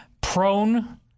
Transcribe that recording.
prone